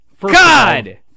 God